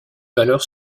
valeurs